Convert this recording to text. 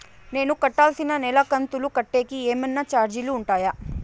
నేను కట్టాల్సిన నెల కంతులు కట్టేకి ఏమన్నా చార్జీలు ఉంటాయా?